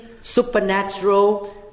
supernatural